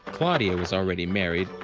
claudia was already married,